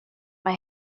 mae